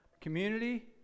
community